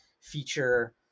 feature